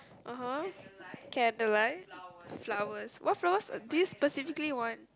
(uh huh) candlelight flowers what flowers do you specifically want